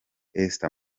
esther